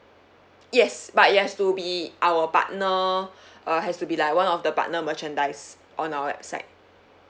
yes but you have to be our partner uh has to be like one of the partner merchandise on our website